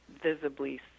visibly